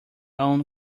own